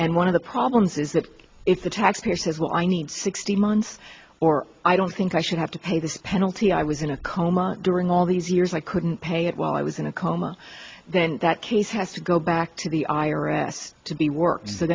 and one of the problems is that it's a taxpayer says well i need sixty months or i don't think i should have to pay this penalty i was in a coma during all these years i couldn't pay it while i was in a coma then that case has to go back to the i r s to be work